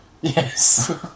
Yes